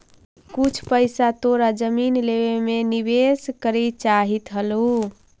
कुछ पइसा तोरा जमीन लेवे में निवेश करे चाहित हलउ